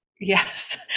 yes